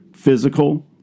physical